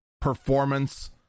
Performance